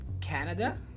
Canada